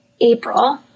April